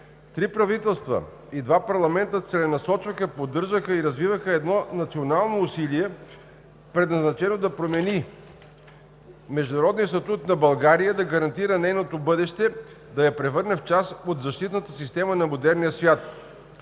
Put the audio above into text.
„Три правителства и два парламента целенасочваха, поддържаха и развиваха едно национално усилие, предназначено да промени международния статут на България, да гарантира нейното бъдеще, да я превърне в част от защитната система на модерния свят.“